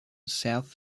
south